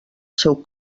seu